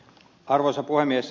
arvoisa puhemies